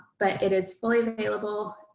but it is fully available,